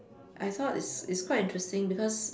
I thought it's it's quite interesting because